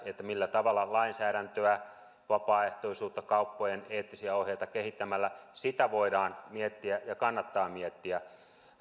se millä tavalla lainsäädäntöä vapaaehtoisuutta kauppojen eettisiä ohjeita kehitetään sitä voidaan miettiä ja kannattaa miettiä